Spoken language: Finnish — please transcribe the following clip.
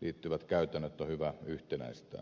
liittyvät käytännöt on hyvä yhtenäistää